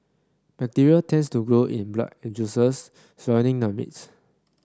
bacteria tends to grow in the blood and juices surrounding the meat